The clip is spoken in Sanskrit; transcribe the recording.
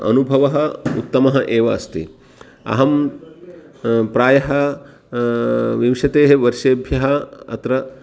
अनुभवः उत्तमः एव अस्ति अहं प्रायः विंशतिः वर्षेभ्यः अत्र